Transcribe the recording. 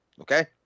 Okay